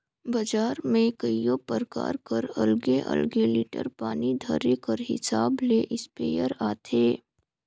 बजार में कइयो परकार कर अलगे अलगे लीटर पानी धरे कर हिसाब ले इस्पेयर आथे